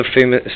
famous